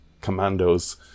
commandos